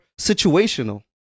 situational